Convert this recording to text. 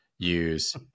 use